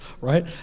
right